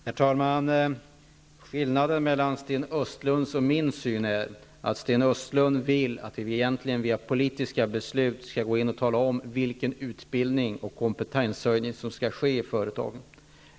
Herr talman! Skillnaden mellan Sten Östlunds och min syn är att Sten Östlund egentligen vill att vi via politiska beslut skall gå in och tala om vilken utbildning och kompetenshöjning som skall ske i företagen.